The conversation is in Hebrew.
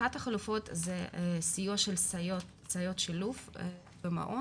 אחת החלופות זה סיוע של סייעות שילוב במעון